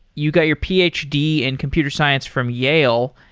you got your ph d. in computer science from yale.